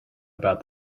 about